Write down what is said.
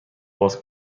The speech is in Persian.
باز